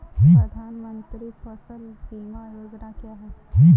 प्रधानमंत्री फसल बीमा योजना क्या है?